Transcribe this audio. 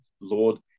Lord